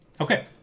Okay